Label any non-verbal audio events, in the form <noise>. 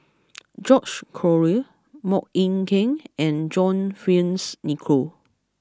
<noise> George Collyer Mok Ying King and John Fearns Nicoll